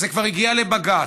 זה כבר הגיע לבג"ץ,